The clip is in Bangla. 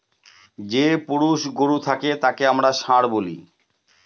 যে পুরুষ গরু থাকে তাকে আমরা ষাঁড় বলি